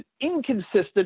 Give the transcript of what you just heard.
inconsistent